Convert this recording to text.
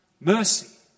mercy